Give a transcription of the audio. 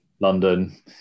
London